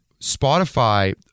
Spotify